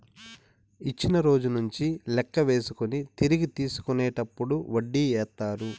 ఇచ్చిన రోజు నుంచి లెక్క వేసుకొని తిరిగి తీసుకునేటప్పుడు వడ్డీ ఏత్తారు